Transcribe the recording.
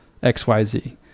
xyz